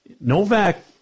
Novak